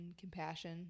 compassion